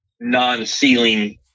non-sealing